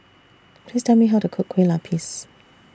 Please Tell Me How to Cook Kueh Lapis